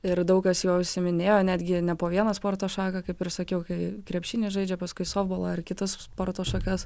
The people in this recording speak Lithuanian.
ir daug kas juo užsiiminėjo netgi ne po vieną sporto šaka kaip ir sakiau kai krepšinį žaidžia paskui softbolą ar kitas sporto šakas